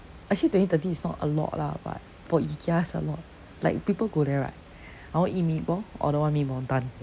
actually twenty thirty is not a lot lah but for ikea it's a lot like people go there right I want eat meatball or don't want meatball done